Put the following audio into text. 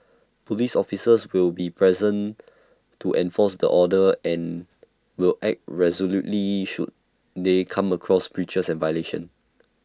Police officers will be present to enforce the order and will act resolutely should they come across breaches and violations